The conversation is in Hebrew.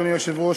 אדוני היושב-ראש,